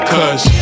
Cause